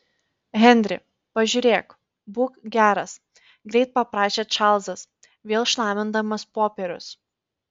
henri pažiūrėk būk geras greit paprašė čarlzas vėl šlamindamas popierius